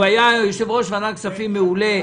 הוא היה יושב-ראש ועדת כספים מעולה.